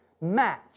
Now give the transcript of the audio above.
match